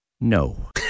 No